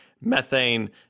methane